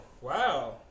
wow